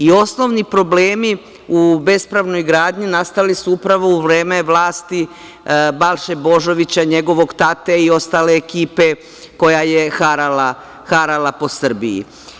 Osnovni problemi u bespravnoj gradnji nastali su upravo u vreme vlasti Balše Božovića, njegovog tate i ostale ekipe koja je harala po Srbiji.